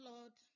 Lord